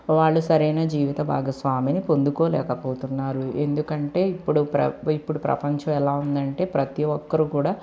వాళ్ళు సరయిన జీవిత భాగస్వామిని పొందుకోలేకపోతున్నారు ఎందుకంటే ఇప్పుడు ప్రపంచం ఇప్పుడు ప్రపంచం ఎలా ఉంది అంటే ప్రతి ఒక్కరూ కూడా